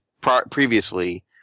previously